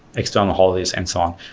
external holidays and so on,